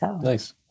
Nice